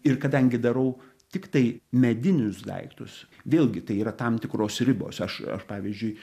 ir kadangi darau tiktai medinius daiktus vėlgi tai yra tam tikros ribos aš aš pavyzdžiui